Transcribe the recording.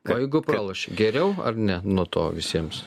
o jeigu pralošiai geriau ar ne nuo to visiems